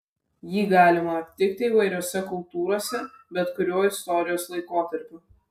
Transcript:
jį galima aptikti įvairiose kultūrose bet kuriuo istorijos laikotarpiu